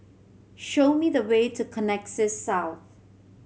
show me the way to Connexis South